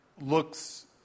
looks